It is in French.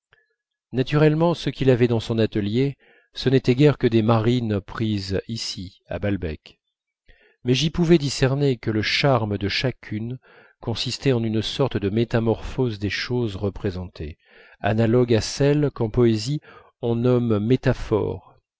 naturellement ce qu'il avait dans son atelier ce n'était guère que des marines prises ici à balbec mais j'y pouvais discerner que le charme de chacune consistait en une sorte de métamorphose des choses représentées analogue à celle qu'en poésie on nomme métaphore